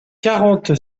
quarante